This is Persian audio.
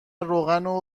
روغنمون